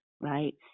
Right